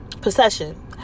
Possession